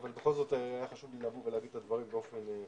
בכל זאת היה לי חשוב לבוא ולומר את הדברים באופן פיזי.